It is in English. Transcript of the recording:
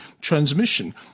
transmission